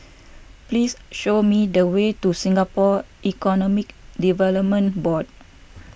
please show me the way to Singapore Economic Development Board